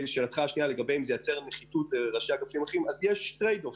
השנייה: יש טרייד אוף,